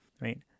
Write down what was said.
right